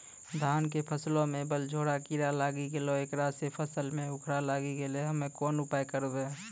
धान के फसलो मे बनझोरा कीड़ा लागी गैलै ऐकरा से फसल मे उखरा लागी गैलै हम्मे कोन उपाय करबै?